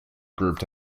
grouped